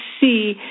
see